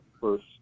first